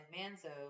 Manzo